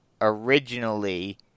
originally